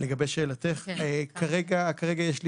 לגבי שאלתך, כרגע יש לי